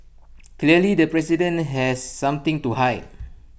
clearly the president has something to hide